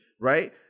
right